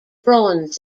bronze